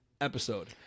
episode